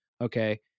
Okay